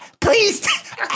please